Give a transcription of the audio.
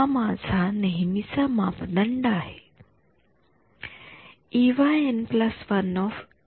हा माझा नेहमीच मापदंड आहे